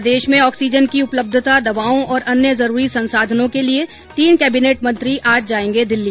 प्रदेश में ऑक्सीजन की उपलब्धता दवाओं और अन्य जरूरी संसाधनों के लिए तीन केबिनेट मंत्री आज जायेंगे दिल्ली